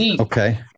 Okay